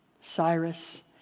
Cyrus